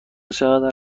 چقدر